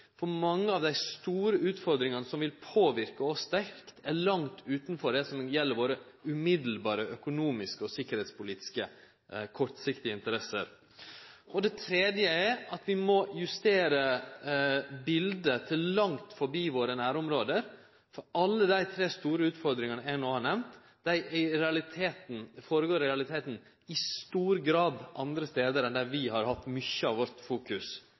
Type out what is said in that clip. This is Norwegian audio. for mange av dei store utfordringane som vil påverke oss sterkt, er langt utanfor det som gjeld våre umiddelbare økonomiske og sikkerheitspolitiske, kortsiktige interesser. For det tredje må vi justere biletet til langt forbi våre nærområde, for alle dei tre store utfordringane eg no har nemnt, går i realiteten i stor grad føre seg andre stader enn der vi har hatt mykje av vårt fokus